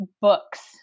books